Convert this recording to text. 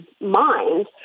mind